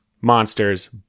monsters